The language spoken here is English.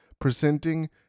presenting